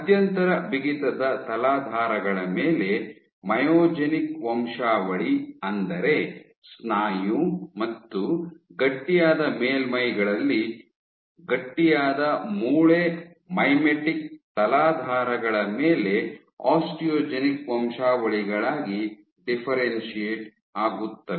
ಮಧ್ಯಂತರ ಬಿಗಿತದ ತಲಾಧಾರಗಳ ಮೇಲೆ ಮೈಯೋಜೆನಿಕ್ ವಂಶಾವಳಿ ಅಂದರೆ ಸ್ನಾಯು ಮತ್ತು ಗಟ್ಟಿಯಾದ ಮೇಲ್ಮೈಗಳಲ್ಲಿ ಗಟ್ಟಿಯಾದ ಮೂಳೆ ಮೈಮೆಟಿಕ್ ತಲಾಧಾರಗಳ ಮೇಲೆ ಆಸ್ಟಿಯೋಜೆನಿಕ್ ವಂಶಾವಳಿಗಳಾಗಿ ಡಿಫ್ಫೆರೆನ್ಶಿಯೇಟ್ ಆಗುತ್ತವೆ